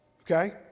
okay